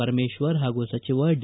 ಪರಮೇಶ್ವರ್ ಹಾಗೂ ಸಜಿವ ಡಿ